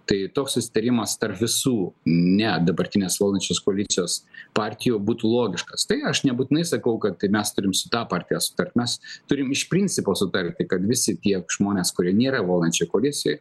tai toks susitarimas tarp visų ne dabartinės valdančios koalicijos partijų būtų logiškas tai aš nebūtinai sakau kad mes turim su ta partija sutart mes turim iš principo sutarti kad visi tie žmonės kurie nėra valdančioj koalicijoj